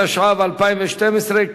התשע"ב 2012,